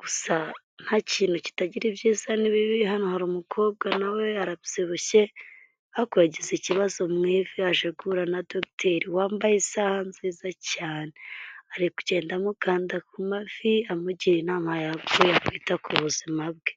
gusa ntakintu kitagira ibyiza nibibi, hano hari umukobwa nawe arabyibushye ariko yagize ikibazo mu ivi yaje guhura na dogiteri wambaye isaha nziza cyane, ari kugenda amukanda ku mavi amugira inama yakora ya kwita ku buzima bwe.